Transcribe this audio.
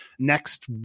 next